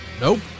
Nope